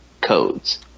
codes